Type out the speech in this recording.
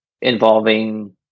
involving